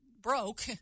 broke